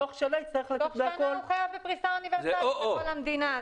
תוך שנה הוא חייב בפריסה אוניברסלית בכל המדינה,